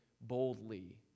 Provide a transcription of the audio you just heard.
boldly